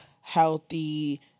healthy